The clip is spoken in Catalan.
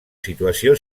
situació